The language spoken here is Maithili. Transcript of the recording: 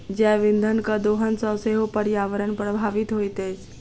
जैव इंधनक दोहन सॅ सेहो पर्यावरण प्रभावित होइत अछि